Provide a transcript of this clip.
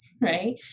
right